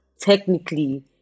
technically